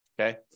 okay